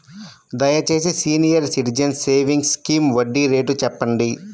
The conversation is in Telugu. దయచేసి సీనియర్ సిటిజన్స్ సేవింగ్స్ స్కీమ్ వడ్డీ రేటు చెప్పండి